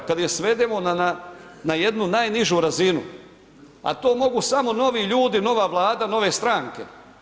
Kad je svedemo na jednu najnižu razinu, a to mogu samo novi ljudi, nova Vlada, nove stranke.